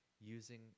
using